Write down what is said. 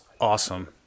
awesome